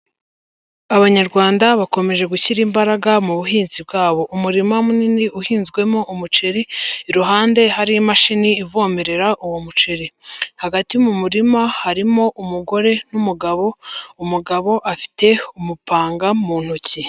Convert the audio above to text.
Abanyarwanda bakomeje gushyira imbaraga mu buhinzi bwabo. Umurima munini uhinzwemo umuceri, iruhande hari imashini ivomerera uwo muceri. Hagati mu murima harimo umugore n'umugabo, umugabo afite umupanga mu ntoki.